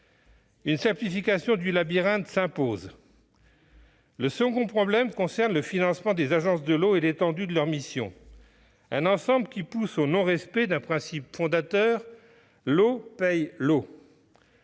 Une simplification du labyrinthe s'impose donc. Le deuxième problème concerne le financement des agences de l'eau et l'étendue des leurs missions, un ensemble qui pousse au non-respect d'un principe fondateur selon lequel « l'eau paye l'eau ».